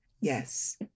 Yes